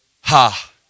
Ha